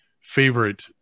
favorite